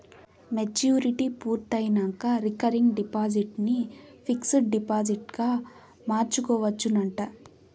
maturity పూర్తయినంక recurring deposit ని fixed డిపాజిట్గ మార్చుకోవచ్చునంట